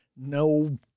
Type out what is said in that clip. no